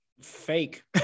fake